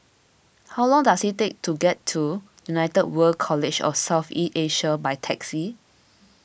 how long does it take to get to United World College of South East Asia by taxi